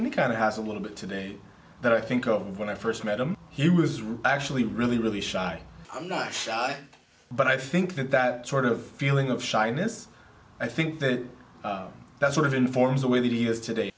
kind of has a little bit today that i think of when i first met him he was really actually really really shy i'm not shy but i think that that sort of feeling of shyness i think that that sort of informs the way that he is today